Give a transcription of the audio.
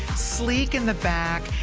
sleep in the back.